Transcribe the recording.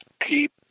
keep